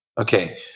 okay